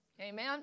Amen